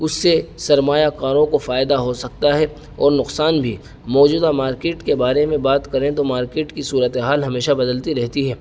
اس سے سرمایہ کاروں کو فائدہ ہو سکتا ہے اور نقصان بھی موجودہ مارکیٹ کے بارے میں بات کریں تو مارکیٹ کی صورت حال ہمیشہ بدلتی رہتی ہے